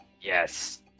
Yes